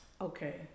Okay